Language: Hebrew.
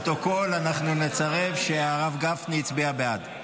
נציין לפרוטוקול שהרב גפני הצביע בעד.